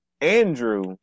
andrew